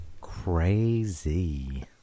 Crazy